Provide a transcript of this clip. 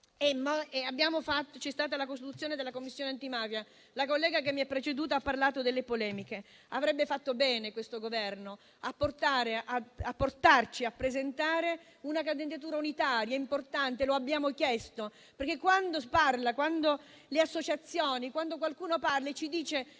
C'è stata la costituzione della Commissione antimafia. La collega che mi ha preceduto ha parlato delle polemiche. Avrebbe fatto bene il Governo a portarci a presentare una candidatura unitaria. Era importante, lo abbiamo chiesto perché, quando qualcuno parla, quando le